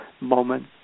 moment